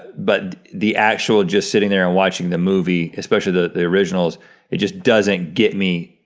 but the actual just sitting there and watching the movie, especially the the originals it just doesn't get me,